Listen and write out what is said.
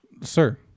Sir